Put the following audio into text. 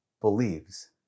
believes